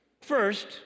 First